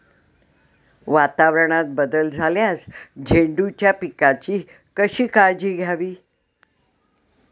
वातावरणात बदल झाल्यास झेंडूच्या पिकाची कशी काळजी घ्यावी?